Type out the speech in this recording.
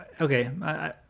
Okay